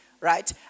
Right